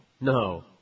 no